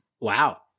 Wow